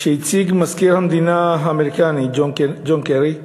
שהציג מזכיר המדינה האמריקני ג'ון קרי,